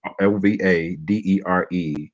l-v-a-d-e-r-e